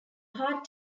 part